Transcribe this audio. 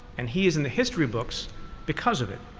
and he's in the history books because of it.